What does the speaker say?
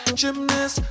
gymnast